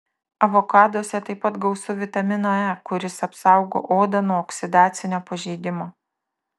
avokaduose taip pat gausu vitamino e kuris apsaugo odą nuo oksidacinio pažeidimo